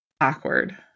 awkward